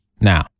Now